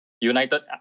United